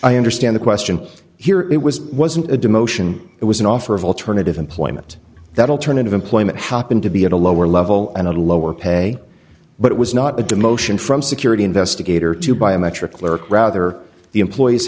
i understand the question here it was wasn't a demotion it was an offer of alternative employment that alternative employment happened to be at a lower level and a lower pay but it was not a demotion from security investigator to biometric clerk rather the employee